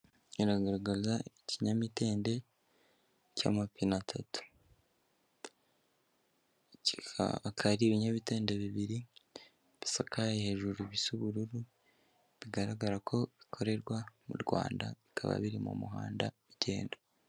Iragaragaza ikinyamitende cy'amapine atatu. Akaba ari ibinyabitende bibiri bisakaye hejuru bisa ubururu bigaragara ko bikorerwa mu Rwanda, bikaba biri mu muhanda bigenda.